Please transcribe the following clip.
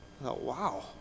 wow